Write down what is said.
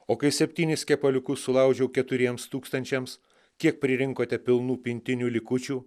o kai septynis kepaliukus sulaužiau keturiems tūkstančiams kiek pririnkote pilnų pintinių likučių